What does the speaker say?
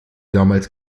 damals